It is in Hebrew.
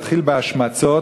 והתחיל בהשמצות.